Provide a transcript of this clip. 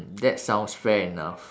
that sounds fair enough